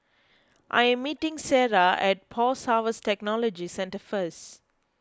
I am meeting Sierra at Post Harvest Technology Centre first